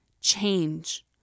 change